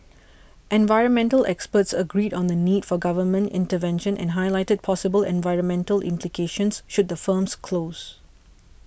environmental experts agreed on the need for government intervention and highlighted possible environmental implications should the firms close